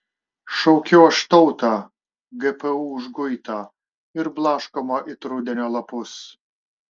šaukiu aš tautą gpu užguitą ir blaškomą it rudenio lapus